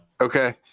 Okay